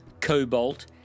cobalt